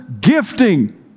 gifting